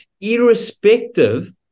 irrespective